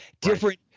different